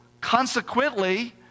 consequently